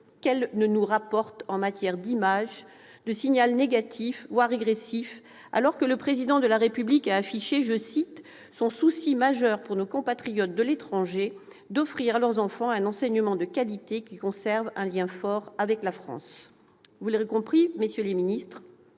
qu'ils ne nous rapporteront, en matière d'image, de signal négatif, voire de régression, alors même que le Président de la République a affirmé le « souci majeur pour nos compatriotes de l'étranger d'offrir à leurs enfants un enseignement de qualité qui conserve un lien fort avec la France ». Monsieur le ministre,